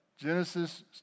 Genesis